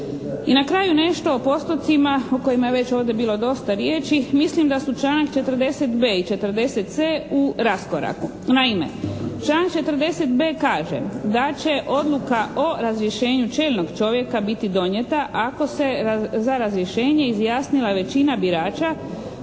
I na kraju nešto o postotcima, o kojima je već ovdje bilo dosta riječi. Mislim da su članak 40.b i 40.c, u raskoraku. Naime, član 40.b kaže, da će odluka o razrješenju čelnog čovjeka biti donijeta ako se za razrješenje izjasnila većina birača